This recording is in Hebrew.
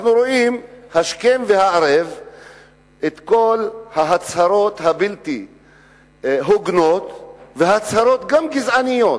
אנחנו רואים השכם והערב את כל ההצהרות הבלתי-הוגנות וגם הצהרות גזעניות,